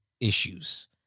issues